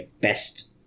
best